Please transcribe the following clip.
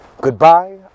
goodbye